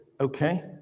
okay